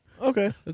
Okay